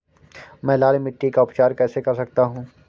मैं लाल मिट्टी का उपचार कैसे कर सकता हूँ?